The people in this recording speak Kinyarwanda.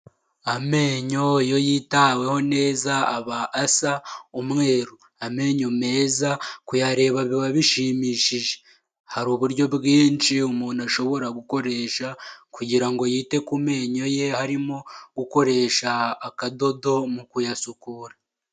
Amenyo iyo yitaweho neza aba asa umweru, amenyo meza kuyareba biba bishimishije, hari uburyo bwinshi umuntu ashobora gukoresha kugira ngo yite ku menyo ye harimo gukoresha akadodo mu kuyasukura.